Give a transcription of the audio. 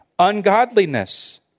ungodliness